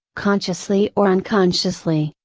consciously or unconsciously,